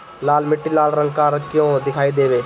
लाल मीट्टी लाल रंग का क्यो दीखाई देबे?